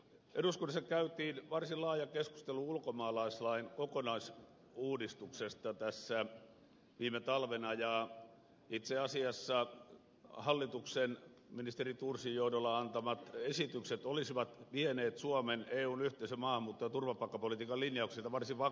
eduskunnassa käytiin varsin laaja keskustelu ulkomaalaislain kokonaisuudistuksesta viime talvena ja itse asiassa hallituksen ministeri thorsin johdolla antamat esitykset olisivat johtaneet suomen eun yhteisen maahanmuutto ja turvapaikkapolitiikan linjausten osalta varsin vakavaan tilanteeseen